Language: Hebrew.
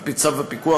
על פי צו הפיקוח,